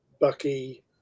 Bucky